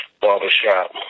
barbershop